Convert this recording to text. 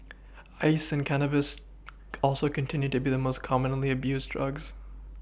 ice and cannabis also continue to be the most commonly abused drugs